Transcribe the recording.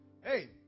hey